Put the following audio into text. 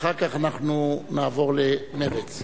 ואחר כך אנחנו נעבור למרצ.